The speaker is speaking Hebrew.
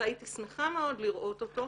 והייתי שמחה מאוד לראות אותו,